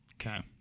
Okay